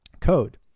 code